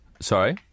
Sorry